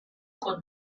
con